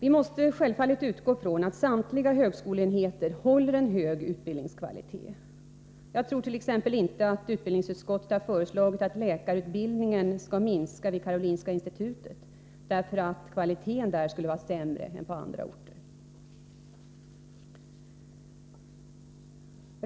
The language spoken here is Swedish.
Vi måste självfallet utgå från att samtliga högskoleenheter håller en hög utbildningskvalitet. Jag tror t.ex. inte att utbildningsutskottet har föreslagit att läkarutbildningen skall minskas vid Karolinska institutet därför att kvaliteten där skulle vara sämre än på andra håll.